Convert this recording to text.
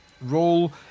role